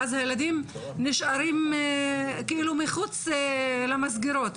ואז הילדים נשארים כאילו מחוץ למסגרות,